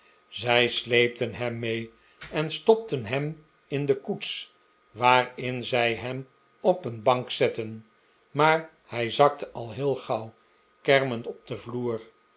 zij sleepten hem mee en stopten hem in de koets waarin zij hem op een bank zetten maar hij zakte al heel gauw kermend op den vloer